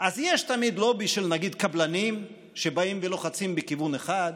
אז יש תמיד נגיד לובי של קבלנים שבאים ולוחצים בכיוון אחד,